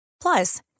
Plus